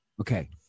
Okay